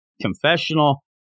confessional